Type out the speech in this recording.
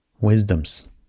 wisdoms